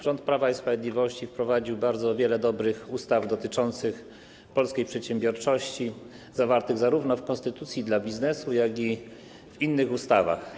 Rząd Prawa i Sprawiedliwości wprowadził wiele dobrych regulacji dotyczących polskiej przedsiębiorczości, zwartych zarówno w konstytucji dla biznesu, jak i w innych ustawach.